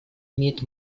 имеет